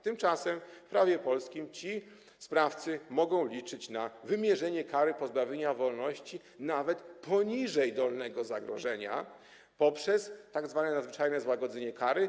Tymczasem w prawie polskim ci sprawcy mogą liczyć na wymierzenie kary pozbawienia wolności nawet poniżej dolnego ustawowego zagrożenia poprzez tzw. nadzwyczajne złagodzenie kary.